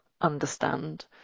understand